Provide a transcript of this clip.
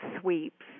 sweeps